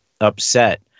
upset